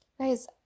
guys